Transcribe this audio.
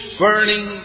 burning